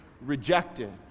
rejected